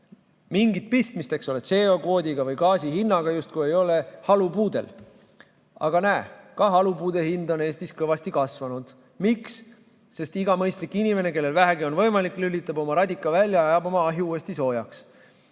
mingit pistmist CO2kvoodiga või gaasi hinnaga justkui ei ole halupuudel. Aga näe, ka halupuude hind on Eestis kõvasti kasvanud. Miks? Sest iga mõistlik inimene, kellel vähegi on võimalik, lülitab oma radika välja, ajab oma ahju uuesti soojaks